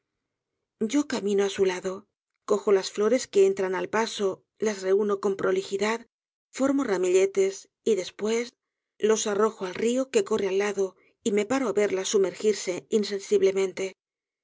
yo camino á su lado cojo las flores que encuentro al paso las reúno con prolijidad formo ramilletes y después los arrojo al rio que corre al lado y me paro á verlas sumergirse